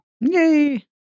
Yay